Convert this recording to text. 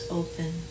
open